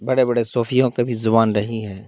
بڑے بڑے صوفیوں کا بھی زبان رہی ہیں